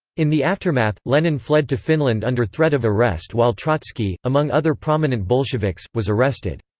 in the aftermath, lenin fled to finland under threat of arrest while trotsky, among other prominent bolsheviks, was arrested.